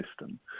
system